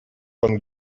пан